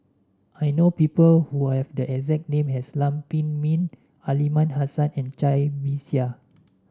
I know people who have the exact name as Lam Pin Min Aliman Hassan and Cai Bixia